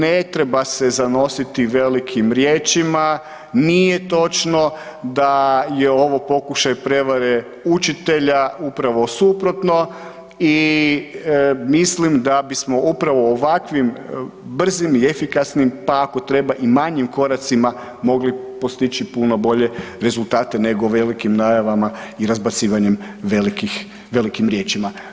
Ne treba se zanositi velikim riječima, nije točno da je ovo pokušaj prevare učitelja, upravo suprotno i mislim da bismo upravo u ovakvim brzim i efikasnim pa ako treba i manjim koracima, mogli postići puno bolje rezultate nego velikim najavama i razbacivanjem velikim riječima.